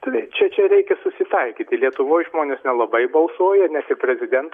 tai čia čia reikia susitaikyti lietuvoj žmonės nelabai balsuoja net ir prezidento